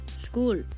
School